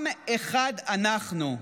עם אחד אנחנו.